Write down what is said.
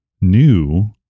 new